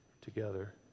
together